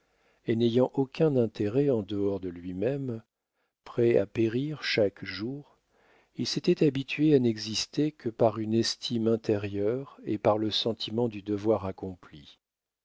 et n'ayant aucun intérêt en dehors de lui-même prêt à périr chaque jour il s'était habitué à n'exister que par une estime intérieure et par le sentiment du devoir accompli